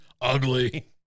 ugly